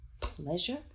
pleasure